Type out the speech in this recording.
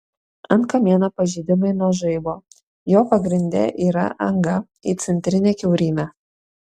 ant kamieno pažeidimai nuo žaibo jo pagrinde yra anga į centrinę kiaurymę